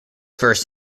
first